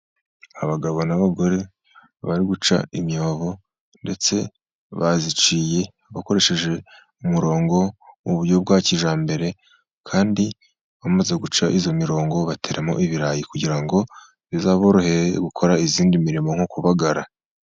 Abagabo n'abagore bari guca imyobo, ndetse baziciye bakoresheje umurongo mu buryo bwa kijyambere, kandi bamaze guca izo mirongo bateramo ibirayi kugira ngo bizaborohere gukora izindi mirimo nko kubagara.